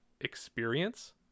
experience